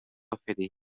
oferir